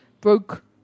broke